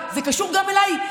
זה קשור גם אליי,